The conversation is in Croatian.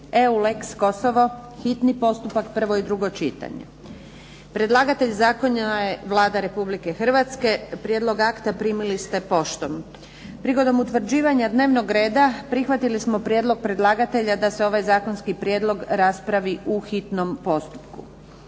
EULEX Kosovo, hitni postupak, prvo i drugo čitanje, P.Z. br. 319 Predlagatelj zakona je Vlada Republike Hrvatske. Prijedlog akta primili ste poštom. Prigodom utvrđivanja dnevnog reda prihvatili smo prijedlog predlagatelja da se ovaj zakonski prijedlog raspravi u hitnom postupku.